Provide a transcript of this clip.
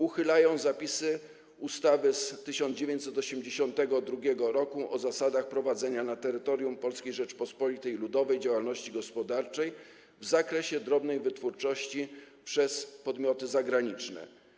Uchylają zapisy ustawy z 1982 r. o zasadach prowadzenia na terytorium Polskiej Rzeczypospolitej Ludowej działalności gospodarczej w zakresie drobnej wytwórczości przez podmioty zagraniczne.